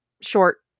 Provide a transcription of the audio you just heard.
short